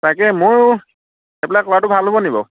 তাকে ময়ো এপ্লাই কৰাতো ভাল হ'ব নেকি বাৰু